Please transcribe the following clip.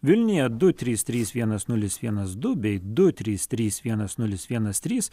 vilniuje du trys trys vienas nulis vienas du bei du trys trys vienas nulis vienas trys